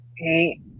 okay